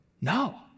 No